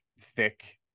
thick